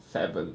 seven